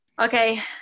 Okay